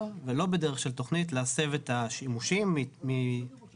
ולא בדרך של תוכנית להסב את השימושים ממשרדים,